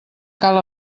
cal